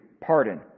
pardon